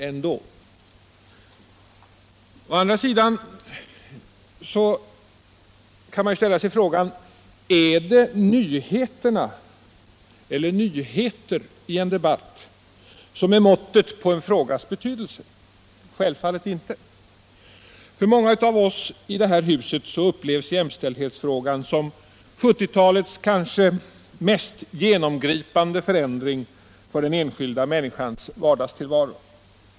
Man skulle ju också kunna ställa sig frågan: Är det nyheterna i en debatt som är måttet på en frågas betydelse? Självfallet inte. Många av oss i det här huset upplever jämställdhetsfrågan som 1970 talets kanske mest genomgripande förändring i den enskilda människans vardagstillvaro.